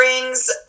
brings